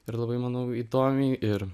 ir labai manau įdomiai ir